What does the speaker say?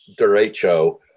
derecho